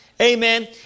Amen